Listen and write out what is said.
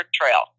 trail